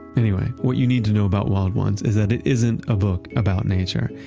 anyway, what you need to know about wild ones is that it isn't a book about nature.